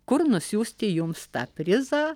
kur nusiųsti jums tą prizą